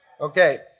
Okay